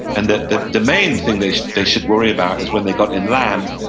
and that the the main thing they they should worry about is when they got inland,